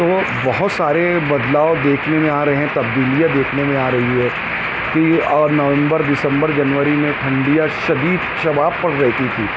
تو وہ بہت سارے بدلاؤ دیکھنے میں آ رہے ہیں تبدیلیاں دیکھنے میں آ رہی ہے کہ یہ نومبر دسمبر جنوری میں ٹھنڈیاں شدید شباب پر رہتی تھیں